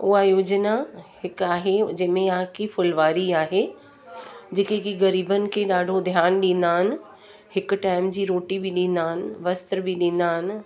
उहा योजना हिकु आहे जंहिंमें या की फुलवारी आहे जेके की ग़रीबनि खे ॾाढो ध्यानु ॾींदा आहिनि हिकु टैम जी रोटी बि ॾींदा आहिनि वस्त्र बि ॾींदा आहिनि